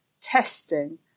testing